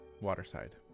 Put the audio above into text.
Waterside